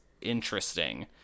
interesting